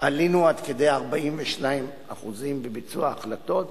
עלינו עד כדי 42% בביצוע החלטות,